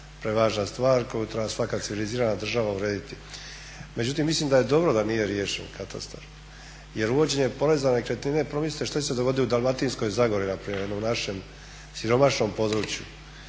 prevažna stvar koju treba svaka civilizirana država urediti. Međutim, mislim da je dobro da nije riješen katastar, jer uvođenjem poreza na nekretnine pomislite što će se dogoditi u Dalmatinskoj zagori na primjer, u jednom našem siromašnom području,